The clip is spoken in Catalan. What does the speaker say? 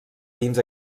dins